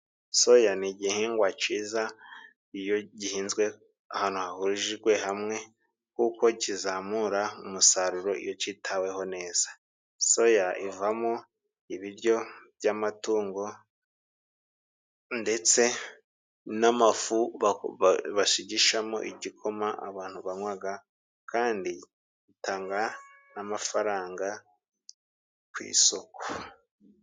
Soya nigihingwa ciza iyo gihinzwe ahantu hahurijwe hamwe kuko kizamura umusaruro iyo citaweho neza. Soya ivamo ibiryo by'amatungo ndetse n'amafu bashigishashamo igikoma abantu banywaga kandi itanga n'amafaranga kwisoko.